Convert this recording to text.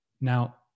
Now